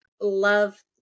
love